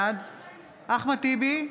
בעד אחמד טיבי,